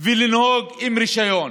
ולנהוג עם רישיון,